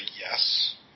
yes